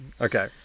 Okay